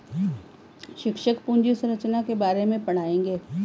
शिक्षक पूंजी संरचना के बारे में पढ़ाएंगे